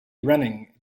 running